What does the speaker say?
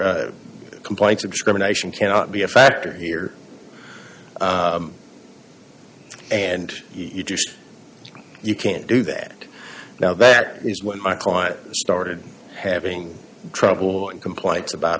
factor complaints of discrimination cannot be a factor here and you just you can't do that now that is when my client started having trouble and complaints about